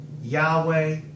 Yahweh